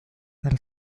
elle